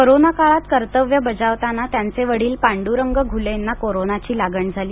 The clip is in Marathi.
कोरोना काळात कर्तव्य बजावताना त्यांचे वडील पांड्रंग घुलेंना कोरोनाची लागण झाली